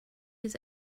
his